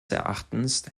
erachtens